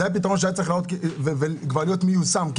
זה הפתרון שהיה צריך כבר להיות מיושם כי